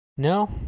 No